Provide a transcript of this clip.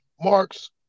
marks